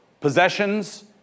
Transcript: possessions